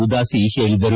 ಉದಾಸಿ ಹೇಳಿದರು